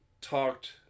talked